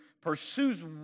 pursues